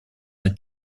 над